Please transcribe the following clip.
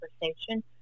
conversation